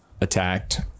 attacked